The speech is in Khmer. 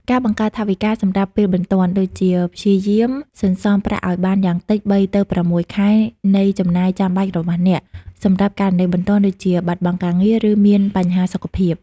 ការបង្កើតថវិការសម្រាប់ពេលបន្ទាន់ ដូចជា ព្យាយាមសន្សំប្រាក់ឱ្យបានយ៉ាងតិច ៣ ទៅ ៦ ខែនៃចំណាយចាំបាច់របស់អ្នក សម្រាប់ករណីបន្ទាន់ដូចជា បាត់បង់ការងារ ឬមានបញ្ហាសុខភាព។